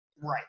Right